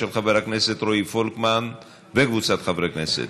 של חבר הכנסת רועי פולקמן וקבוצת חברי הכנסת.